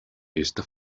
esta